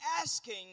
asking